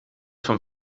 vom